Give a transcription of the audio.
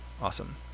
Awesome